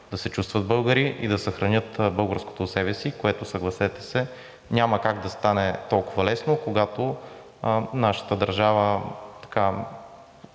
да се чувстват българи и да съхранят българското в себе си, което, съгласете се, няма как да стане толкова лесно, когато нашата държава